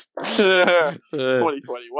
2021